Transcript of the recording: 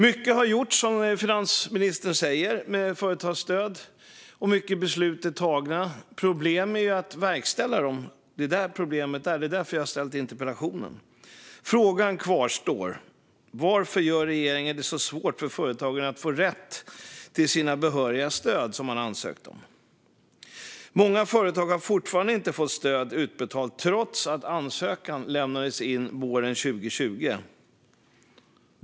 Mycket har gjorts när det gäller företagsstöd, som finansministern säger, och många beslut är tagna. Problemet är att verkställa dem. Det är där problemet ligger, och det är därför jag har ställt interpellationen. Frågan kvarstår: Varför gör regeringen det så svårt för företagen att få de stöd som de har ansökt om och har rätt till? Många företag har fortfarande inte fått stöd utbetalt trots att ansökan lämnades in våren 2020.